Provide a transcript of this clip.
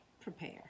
prepare